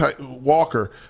Walker